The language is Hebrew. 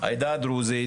העדה הדרוזית,